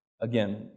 Again